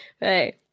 Hey